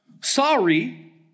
sorry